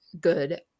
good